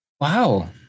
Wow